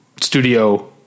studio